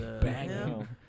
banging